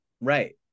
right